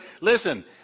listen